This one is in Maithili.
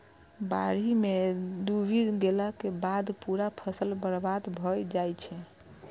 बाढ़ि मे डूबि गेलाक बाद पूरा फसल बर्बाद भए जाइ छै